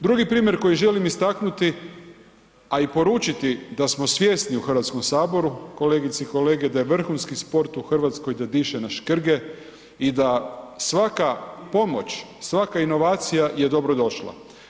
Drugi primjer koji želim istaknuti a i poručiti da smo svjesni u Hrvatskom saboru kolegice i kolege da je vrhunski sport u Hrvatskoj da diše na škrge i da svaka pomoć, svaka inovacija je dobro došla.